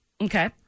Okay